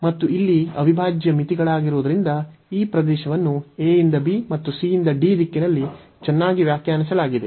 ಮತ್ತು ಇಲ್ಲಿ ಅವಿಭಾಜ್ಯ ಮಿತಿಗಳಾಗಿರುವುದರಿಂದ ಈ ಪ್ರದೇಶವನ್ನು a ಯಿಂದ b ಮತ್ತು c ಯಿಂದ d ದಿಕ್ಕಿನಲ್ಲಿ ಚೆನ್ನಾಗಿ ವ್ಯಾಖ್ಯಾನಿಸಲಾಗಿದೆ